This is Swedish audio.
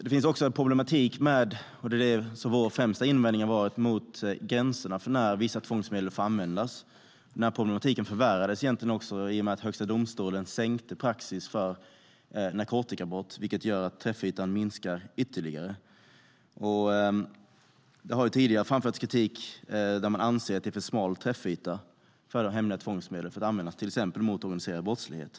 Vår främsta invändning har varit att det finns en problematik med när gränserna för vissa tvångsmedel får användas. Den problematiken förvärrades i och med att Högsta domstolen sänkte praxis för narkotikabrott vilket gör att träffytan minskar ytterligare. Det har tidigare framförts kritik om att träffytan för de hemliga tvångsmedlen är för smal om de ska användas mot till exempel organiserad brottslighet.